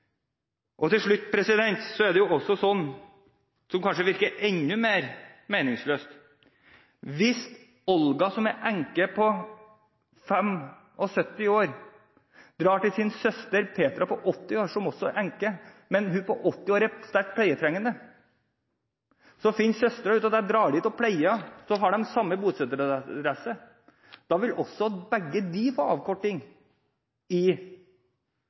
ubegripelig. Til slutt er det noe som kanskje virker enda mer meningsløst. Sett at Olga, som er enke på 75 år, har søsteren Petra på 80 år, som også er enke og sterkt pleietrengende. Hvis Olga finner ut at hun drar til Petra og pleier henne, har de samme bostedsadresse. Da vil også begge de få avkorting i